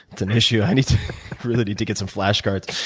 it's an issue. i really need to get some flashcards.